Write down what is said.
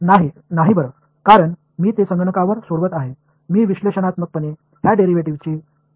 नाही बरं कारण मी ते संगणकावर सोडवत आहे मी विश्लेषणात्मकपणे या डेरिव्हेटिव्हची गणना करू शकत नाही